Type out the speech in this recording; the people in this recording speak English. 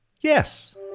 yes